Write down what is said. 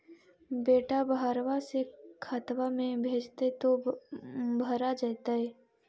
बेटा बहरबा से खतबा में भेजते तो भरा जैतय?